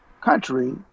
country